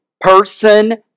person